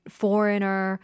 foreigner